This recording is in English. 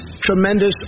tremendous